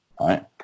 Right